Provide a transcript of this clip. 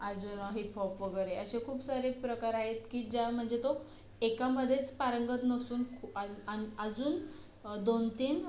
अजून हिपहॉप वगैरे असे खूप सारे प्रकार आहेत की ज्या म्हणजे तो एकामध्येच पारंगत नसून खू आन आणि अजून दोन तीन